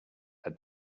are